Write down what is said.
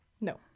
No